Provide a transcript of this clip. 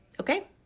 okay